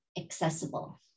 accessible